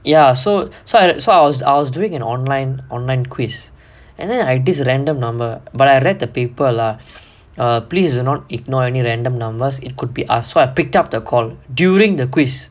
ya so so I I was doing an online online quiz and then ihave this random number but I read the paper lah err please not ignore any random numbers it could be asked why so I picked up the call during the quiz